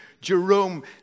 Jerome